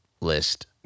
list